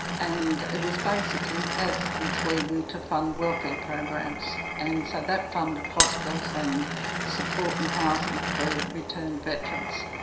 and it was basically, as in sweden, to fund welfare programs. and so that funded hospitals, and support and housing for returned veterans.